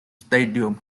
stadium